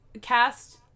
cast